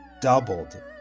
doubled